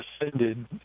ascended